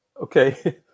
okay